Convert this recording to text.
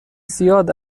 زیاد